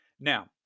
Now